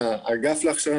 בין אם זה לאוכלוסייה החרדית,